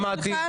שמעתי.